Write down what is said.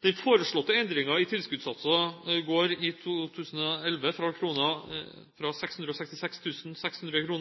Den foreslåtte endringen i tilskuddssatser går i 2011 fra 666 600 kr